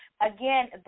Again